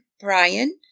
Brian